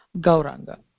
Gauranga